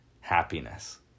happiness